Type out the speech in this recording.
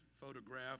photograph